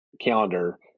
calendar